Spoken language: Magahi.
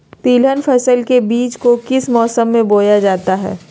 तिलहन फसल के बीज को किस मौसम में बोया जाता है?